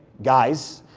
guys,